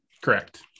Correct